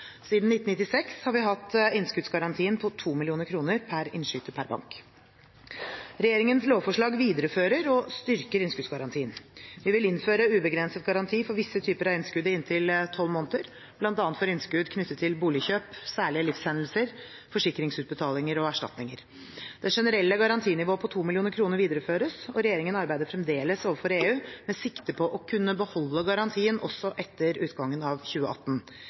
Siden 1996 har vi hatt innskuddsgarantien på 2 mill. kr per innskyter per bank. Regjeringens lovforslag viderefører og styrker innskuddsgarantien. Vi vil innføre ubegrenset garanti for visse typer innskudd i inntil 12 måneder, bl.a. for innskudd knyttet til boligkjøp, særlige livshendelser, forsikringsutbetalinger og erstatninger. Det generelle garantinivået på 2 mill. kr videreføres, og regjeringen arbeider fremdeles overfor EU med sikte på å kunne beholde garantien også etter utgangen av 2018.